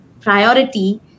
priority